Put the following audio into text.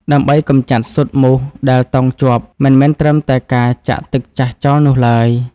ដើម្បីកម្ចាត់ស៊ុតមូសដែលតោងជាប់ មិនមែនត្រឹមតែការចាក់ទឹកចាស់ចោលនោះឡើយ។